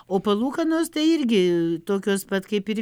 o palūkanos tai irgi tokios pat kaip ir